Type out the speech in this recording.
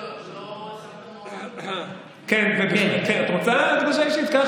את רוצה הקדשה אישית?